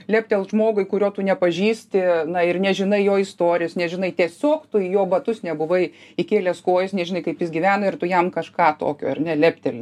leptelt žmogui kurio tu nepažįsti na ir nežinai jo istorijos nežinai tiesiog jo batus nebuvai įkėlęs kojos nežinai kaip jis gyvena ir tu jam kažką tokio ar ne lepteli